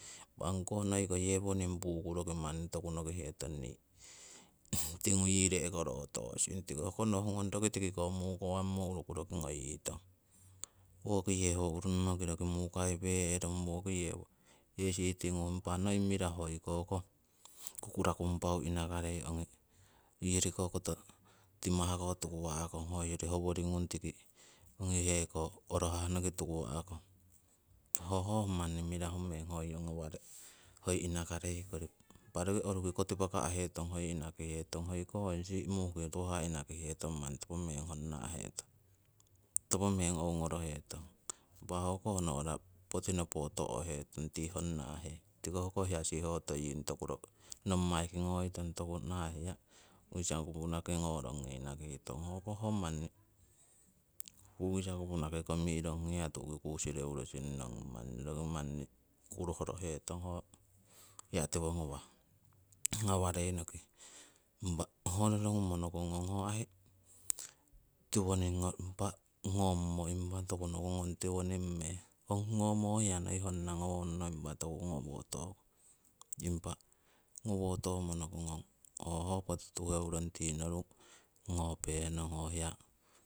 Impa ongkoh noiko yewoning puku roki manni toku nohihetong nii tingu yii re'koro tosing tiko hoko nohungong roki tikiko mukowangmo uruku roki ngoyitong, woki yewo ururonoki roki mukaiwe'rong, woki yewo yesi tingu. Impa noi mirahu hoiko koh kukurakung pau inakarei ongi hoyoriko koto timah tuku wa'kong, hoyori hongung tikiheko orohahno tukuwa'kong. Ho ho ho mirahu meng hoi hiya ngawarei inakarei kori, impa roki roruki kotipaka'hetong hoiko si' muhki tuha inakihetong, hoiko si' muhki tuhah inakihetong manni topo meng oungorohetong, impa hokoh no'ra poti nopo to'hetong honna'he tiko hoko ho hiya sihotoying, toku nommai ki ngoitong toku nah hiya u'kisa kupunaki ngorongi inakitong, hokoh ho u'kisa kupunaki komirong, hiya tu'ki kusireu rongi manni roki kurohoro hetong ho hiya tiwongawah ngawareinoki. Impa ho rorongumo nokongong ho ai tiwoningo impa ngomo impa toku meng, ngomo ho hiya noi honna meng ngongno toku ngowotonno, impa ngowotomo nohungong ooh ho poti tuherong tii noru ngopenong ho hiya